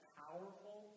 powerful